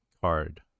card